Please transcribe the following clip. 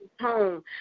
home